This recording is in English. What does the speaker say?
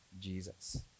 Jesus